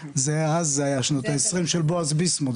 אז זה היה שנות ה-20 של בועז ביסמוט,